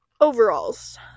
Overalls